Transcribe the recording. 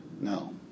No